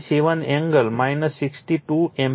57 angle 62o ampere મળશે